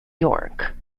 york